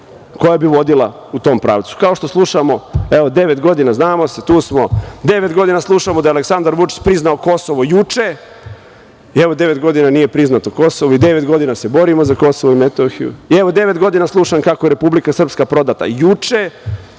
koja bi vodila u tom pravcu. Kao što slušamo, evo devet godina, znamo se, tu smo, devet godina slušamo da je Aleksandar Vučić priznao Kosovo juče, evo devet godina nije priznato Kosovo, i devet godina se borimo za Kosovo i Metohiju, i evo devet godina slušam kako je Republika Srpska prodata juče,